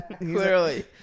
Clearly